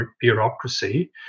bureaucracy